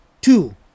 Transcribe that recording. Two